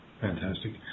Fantastic